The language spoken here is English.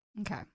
Okay